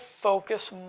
focus